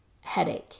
headache